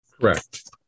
Correct